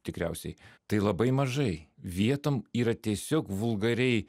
tikriausiai tai labai mažai vietom yra tiesiog vulgariai